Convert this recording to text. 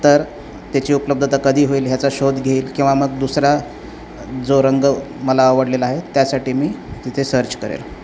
तर त्याची उपलब्धता कधी होईल ह्याचा शोध घेईल किंवा मग दुसरा जो रंग मला आवडलेला आहे त्यासाठी मी तिथे सर्च करेल